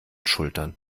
schultern